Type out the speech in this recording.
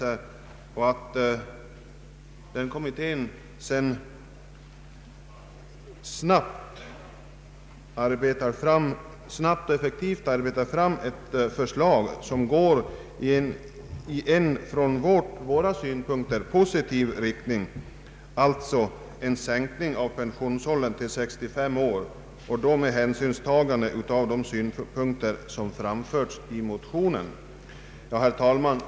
Jag hoppas också att denna kommitté därefter snabbt och effektivt skall utarbeta ett förslag i en utifrån våra synpunkter positiv riktning, d.v.s. sänk ning av pensionsåldern till 65 år och då med särskilt hänsynstagande till de synpunkter som framförts i motionen. Herr talman!